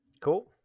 cool